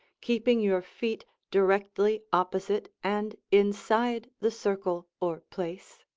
keeping your feet directly opposite and inside the circle or place.